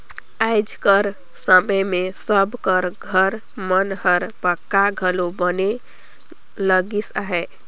आएज कर समे मे सब कर घर मन हर पक्का घलो बने लगिस अहे